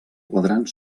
quadrant